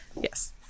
Yes